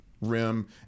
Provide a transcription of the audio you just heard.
rim